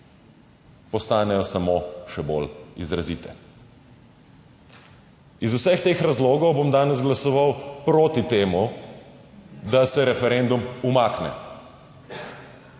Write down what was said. postanejo samo še bolj izrazite. Iz vseh teh razlogov bom danes glasoval proti temu, da se referendum umakne.